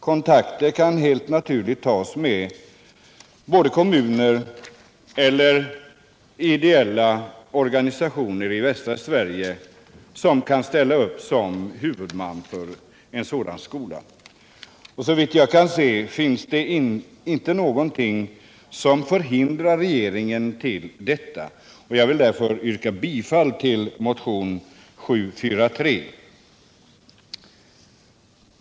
Kontakter kan helt naturligt tas med kommuner eller ideella organisationer i västra Sverige, vilka kan ställa upp såsom huvudmän för skolan. Såvitt jag kan se finns det ingenting som hindrar regeringen att göra detta. Jag yrkar därför bifall till motionen 743.